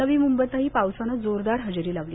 नवी मुंबईतही पावसाने जोरदार हजेरी लावली